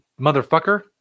motherfucker